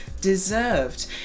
deserved